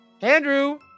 Andrew